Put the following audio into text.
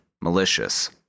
Malicious